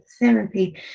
therapy